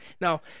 Now